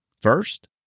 First